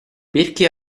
perché